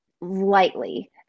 lightly